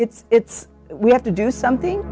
it's it's we have to do something